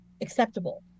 acceptable